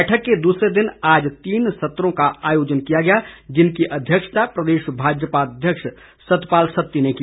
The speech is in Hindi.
बैठक के दूसरे दिन आज तीन सत्रों का आयोजन किया गया जिनकी अध्यक्षता प्रदेश भाजपा अध्यक्ष सतपाल सत्ती ने की